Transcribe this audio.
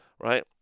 right